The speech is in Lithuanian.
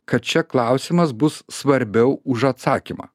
kad čia klausimas bus svarbiau už atsakymą